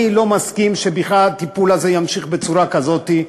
אני לא מסכים שבכלל הטיפול הזה יימשך בצורה כזאת.